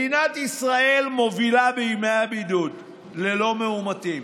מדינת ישראל מובילה בימי הבידוד ללא-מאומתים